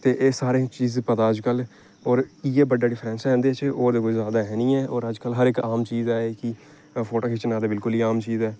ते एह् सारियां चीज पता अज्जकल होर इ'यै बड़ा डिफरेंस ऐ इं'दे च होर कोई जादा ऐ निं ऐ होर अज्जकल हर इक आम चीज ऐ कि फोटो खिच्चना ते बिलकुल ई आम चीज ऐ